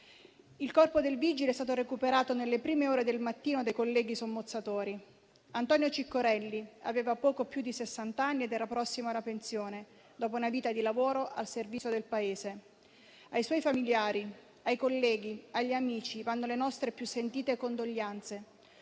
Il corpo del vigile è stato recuperato nelle prime ore del mattino dai colleghi sommozzatori. Antonio Ciccorelli aveva poco più di sessant'anni ed era prossimo alla pensione, dopo una vita di lavoro al servizio del Paese. Ai suoi familiari, ai colleghi e agli amici vanno le nostre più sentite condoglianze.